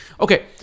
Okay